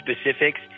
specifics